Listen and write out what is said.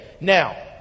Now